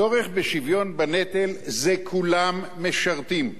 צורך בשוויון בנטל זה, כולם משרתים.